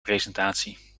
presentatie